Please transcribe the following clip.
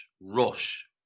Rush